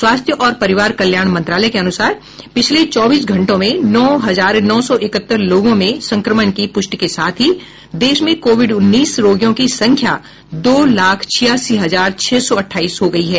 स्वास्थ्य और परिवार कल्याण मंत्रालय के अनुसार पिछले चौबीस घंटों में नौ हजार नौ सौ इकहत्तर लोगों में संक्रमण की पुष्टि के साथ ही देश में कोविड उन्नीस रोगियों की संख्या दो लाख छियासी हजार छह सौ अठाईस हो गई हैं